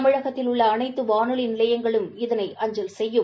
தமிழகத்தில் உள்ள அனைத்துவானொலிநிலையங்களும் இதனை அஞ்சல் செய்யும்